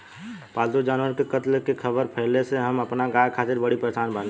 पाल्तु जानवर के कत्ल के ख़बर फैले से हम अपना गाय खातिर बड़ी परेशान बानी